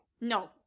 No